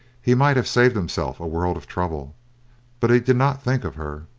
he might have saved himself a world of trouble but he did not think of her.